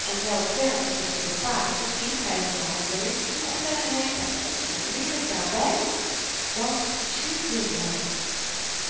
en wel verre van zich te bepalen tot die heilige handeling voegde hy ter onzer leering daarby dat zieje wel